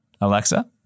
Alexa